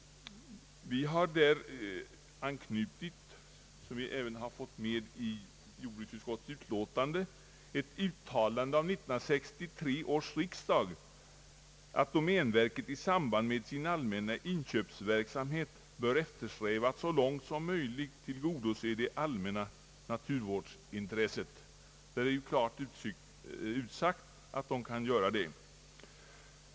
Vi har där anknutit till — som vi även har fått med i jordbruksutskottets utlåtande — ett uttalande av 1963 års riksdag att domänverket i samband med sin allmänna inköpsverksamhet bör eftersträva att så långt som möjligt tillgodose det allmänna naturvårdsintresset. Där är det ju klart utsagt att verket kan göra det.